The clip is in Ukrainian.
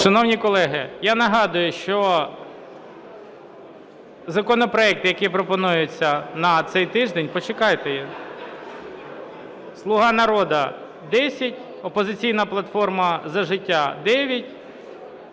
Шановні колеги, я нагадую, що законопроект, який пропонується на цей тиждень... Почекайте. "Слуга народу" – 10, "Опозиційна платформа – За життя" – 9,